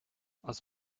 als